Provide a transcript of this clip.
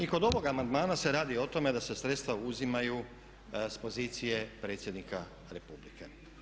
I kod ovog amandmana se radi o tome da se sredstva uzimaju s pozicije Predsjednika Republike.